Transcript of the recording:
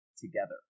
Together